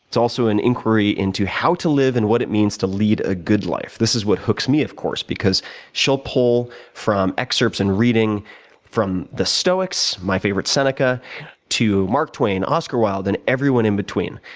it's also an inquiry into how to live and what it means to lead a good life. this is what hooks me, of course, because she'll pull from excerpt and reading from the stoics my favorite, seneca to mark twain, oscar wilde, and everyone in between.